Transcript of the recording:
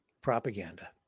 Propaganda